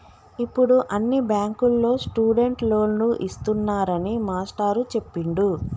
ఇప్పుడు అన్ని బ్యాంకుల్లో స్టూడెంట్ లోన్లు ఇస్తున్నారని మాస్టారు చెప్పిండు